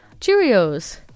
Cheerios